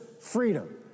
freedom